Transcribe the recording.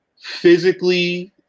physically